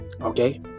Okay